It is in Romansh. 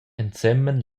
ensemen